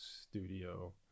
studio